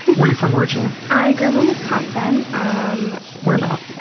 where are you from originally? i grew up in wisconsin. um where about?